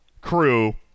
crew